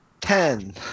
Ten